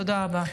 תודה רבה.